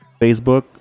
facebook